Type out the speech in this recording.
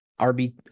rb